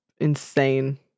insane